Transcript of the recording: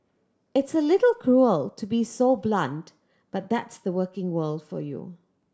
it's a little cruel to be so blunt but that's the working world for you